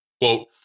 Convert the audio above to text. Quote